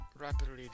rapidly